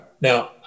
Now